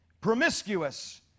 promiscuous